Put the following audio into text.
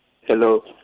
hello